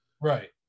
Right